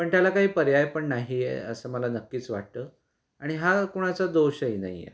पण त्याला काही पर्याय पण नाही आहे असं मला नक्कीच वाटतं आणि हा कोणाचा दोषही नाही आहे